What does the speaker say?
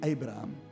Abraham